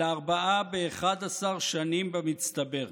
אלא ארבעה ב-11 שנים במצטבר.